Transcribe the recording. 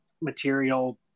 material